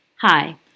Hi